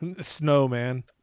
Snowman